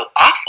awful